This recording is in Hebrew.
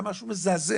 זה היה משהו מזעזע.